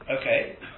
Okay